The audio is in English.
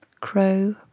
Crow